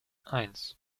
eins